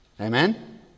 Amen